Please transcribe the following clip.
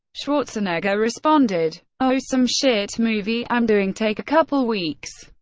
schwarzenegger responded, oh some shit movie i'm doing, take a couple weeks.